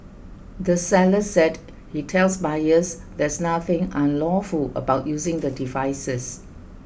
the seller said he tells buyers there's nothing unlawful about using the devices